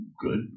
Good